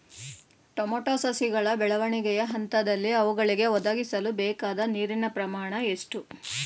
Tomato ಸಸಿಗಳ ಬೆಳವಣಿಗೆಯ ಹಂತದಲ್ಲಿ ಅವುಗಳಿಗೆ ಒದಗಿಸಲುಬೇಕಾದ ನೀರಿನ ಪ್ರಮಾಣ ಎಷ್ಟು?